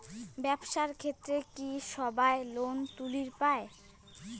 ব্যবসার ক্ষেত্রে কি সবায় লোন তুলির পায়?